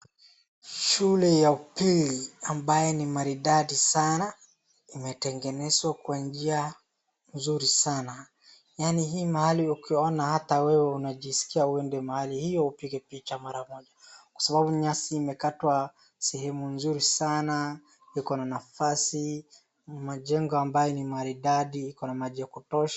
Shule ya upili ambayo ni maridadi sana. Kumetegenezwa kwa njia nzuri sana. Yaani hii mahali ukiona ata wewe unajiskia uende mahali hiyo upige picha mara moja kwa sababu nyasi imekatwa sehemu nzuri sana, ikona nafasi, majengo ambayo ni maridadi, ikona maji ya kutosha.